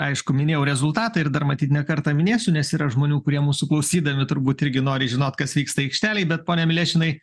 aišku minėjau rezultatą ir dar matyt ne kartą minėsiu nes yra žmonių kurie mūsų klausydami turbūt irgi nori žinot kas vyksta aikštelėj bet pone milešinai